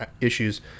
issues